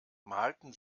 malten